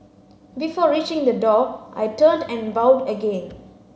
before reaching the door I turned and bowed again